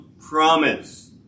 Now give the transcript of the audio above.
promise